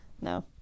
no